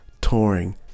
touring